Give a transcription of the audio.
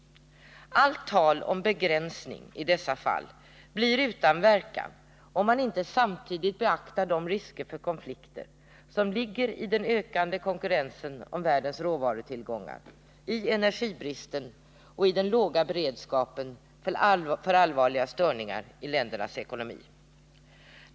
Allt tal om begränsning i dessa fall blir utan verkan, om man inte samtidigt beaktar de risker för konflikter som ligger iden ökande konkurrensen om världens råvarutillgångar, i energibristen och i den låga beredskapen för allvarliga störningar i ländernas ekonomi.